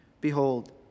Behold